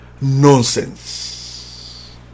nonsense